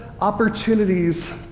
opportunities